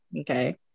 okay